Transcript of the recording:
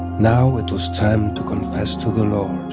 now it was time to confess to the lord